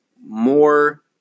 more